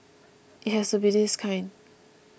it has to be this kind